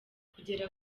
kugera